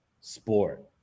sport